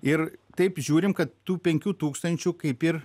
ir taip žiūrim kad tų penkių tūkstančių kaip ir